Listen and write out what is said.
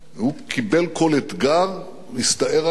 הוא קיבל כל אתגר, הסתער עליו,